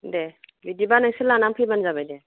दे बिदिब्ला नोंसोर लानानै फैब्लानो जाबाय दे